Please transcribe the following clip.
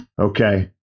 Okay